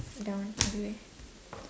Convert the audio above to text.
down everywhere